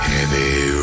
Heavy